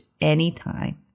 anytime